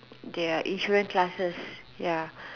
their insurance classes ya